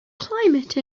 climate